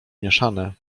mieszane